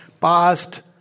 past